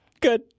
good